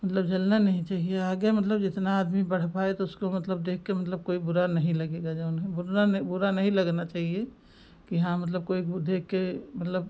मतलब जलना नहीं चाहिए आगे मतलब जितना आदमी बढ़ पाए तो उसको मतलब देखकर मतलब कोई बुरा नहीं लगेगा जऊन है बुरा नहीं बुरा नहीं लगना चाहिए कि हाँ मतलब कोई को देखकर मतलब